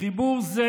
חיבור זה